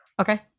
Okay